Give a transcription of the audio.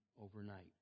overnight